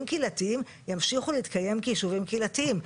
קהילתיים ימשיכו להתקיים כיישובים קהילתיים.